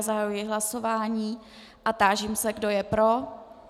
Zahajuji hlasování a táži se, kdo je pro.